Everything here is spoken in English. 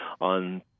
on